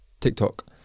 TikTok